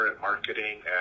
marketing